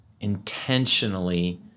intentionally